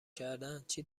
کردنچی